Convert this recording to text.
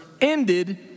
ended